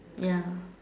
ya